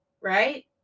right